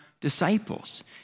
disciples